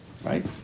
Right